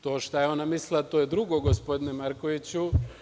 To šta je ona mislila to je drugo, gospodine Markoviću.